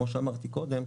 כמו שאמרתי קודם,